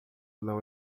não